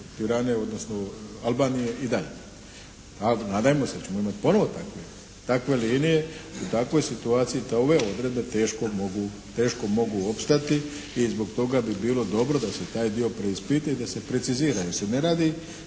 Tirane, odnosno Albanije i dalje. A nadajmo se da ćemo imati takve linije. I u takvoj situaciji ove odredbe teško mogu opstati. I zbog toga bi bilo dobro da se taj dio preispita i da se precizira.